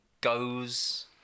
goes